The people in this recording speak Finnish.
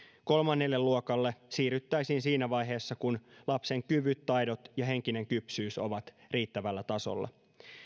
kolmannelle luokalle siirryttäisiin siinä vaiheessa kun lapsen kyvyt taidot ja henkinen kypsyys ovat riittävällä tasolla